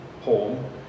home